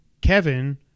Kevin